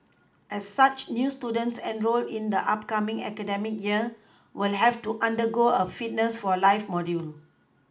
as such new students enrolled in the upcoming academic year will have to undergo a Fitness for life module